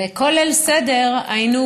וכל ליל סדר אחרי